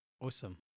Awesome